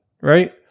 right